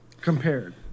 Compared